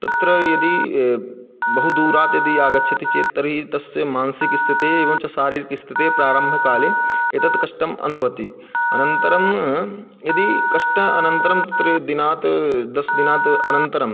तत्र यदि बहु दूरात् यदि आगच्छति चेत् तर्हि तस्य मानसिक स्थितिः एवञ्च शारीरिक स्थितिः प्रारम्भकाले एतत् कष्टम् अनुभवति अनन्तरं यदि कष्ट अनन्तरं तत्र दिनात् दश दिनात् अनन्तरं